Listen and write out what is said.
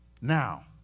Now